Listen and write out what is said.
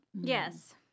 Yes